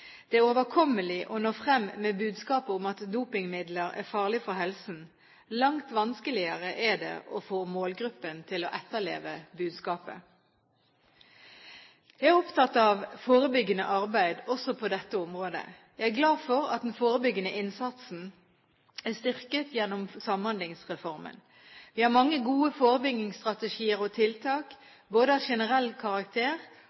Det er overkommelig å nå frem med budskapet om at dopingmidler er farlig for helsen. Langt vanskeligere er det å få målgruppen til å etterleve budskapet. Jeg er opptatt av forebyggende arbeid også på dette området. Jeg er glad for at den forebyggende innsatsen er styrket gjennom Samhandlingsreformen. Vi har mange gode forebyggingsstrategier og